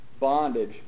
bondage